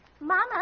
Mama